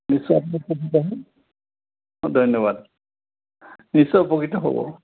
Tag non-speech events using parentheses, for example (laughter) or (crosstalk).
(unintelligible) ধন্যবাদ নিশ্চয় উপকৃত হ'ব